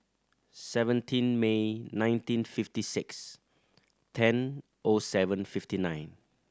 seventeen May nineteen fifty six ten O seven fifty nine